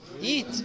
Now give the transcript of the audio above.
eat